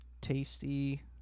tasty